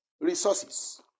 resources